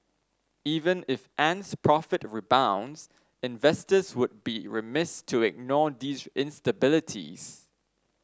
even if Ant's profit rebounds investors would be remiss to ignore these instabilities